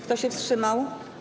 Kto się wstrzymał?